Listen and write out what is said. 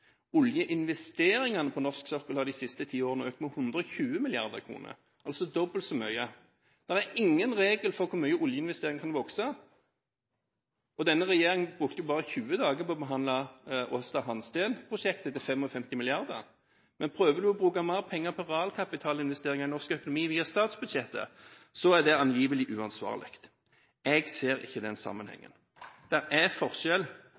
Oljeinvesteringene på norsk sokkel har de siste ti årene økt med 120 mrd. kr, altså dobbelt så mye. Det er ingen regel for hvor mye oljeinvesteringer kan vokse. Denne regjeringen brukte bare 20 dager på å behandle Åsta Hansteen-prosjektet, på 55 mrd. kr, men prøver man å bruke mer penger på realkapitalinvesteringer i norsk økonomi via statsbudsjettet, er det angivelig uansvarlig. Jeg ser ikke den sammenhengen. Det er forskjell